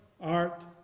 art